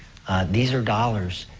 these are dollars,